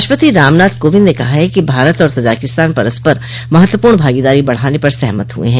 राष्ट्रपति रामनाथ कोविंद ने कहा है कि भारत और तजाकिस्तान परस्पर महत्वपूर्ण भागीदारी बढ़ाने पर सहमत हुए हैं